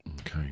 Okay